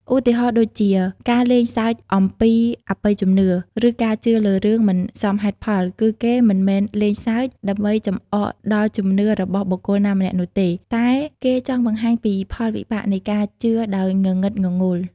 ឧទាហរណ៍ដូចជា ការលេងសើចអំពីអបិយជំនឿ ឬការជឿលើរឿងមិនសមហេតុផល គឺគេមិនមែនលេងសើច ដើម្បីចំអកដល់ជំនឿរបស់បុគ្គលណាម្នាក់នោះទេ តែគេចង់បង្ហាញពីផលវិបាកនៃការជឿដោយងងឹតងងល់។